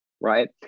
Right